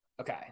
okay